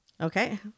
okay